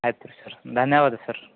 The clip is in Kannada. ಆಯ್ತು ರೀ ಸರ ಧನ್ಯವಾದ ಸರ್